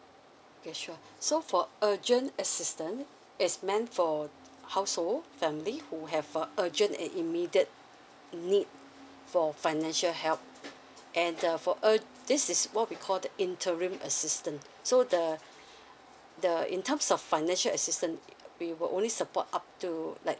okay sure so for urgent assistant it's meant for household family who have a urgent and immediate need for financial help and the for um this is what we call the interim assistance so the the in terms of financial assistance we were only support up to like